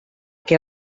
què